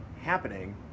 happening